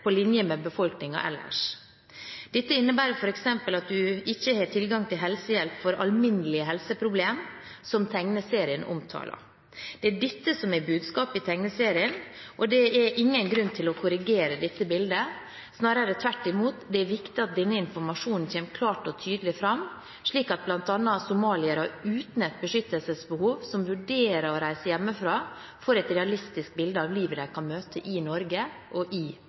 på linje med befolkningen ellers. Dette innebærer f.eks. at en ikke har tilgang til helsehjelp for alminnelige helseproblemer, som tegneserien omtaler. Det er dette som er budskapet i tegneserien, og det er ingen grunn til å korrigere dette bildet – snarere tvert imot. Det er viktig at denne informasjonen kommer klart og tydelig fram, slik at bl.a. somaliere uten et beskyttelsesbehov som vurderer å reise hjemmefra, får et realistisk bilde av livet de kan møte i Norge og i